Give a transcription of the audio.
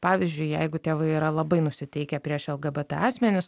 pavyzdžiui jeigu tėvai yra labai nusiteikę prieš lgbt asmenis